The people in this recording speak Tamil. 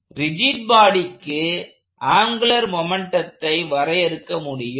ரிஜிட் பாடிக்கு ஆங்குலர் மொமெண்ட்டத்தை வரையறுக்க முடியும்